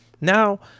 now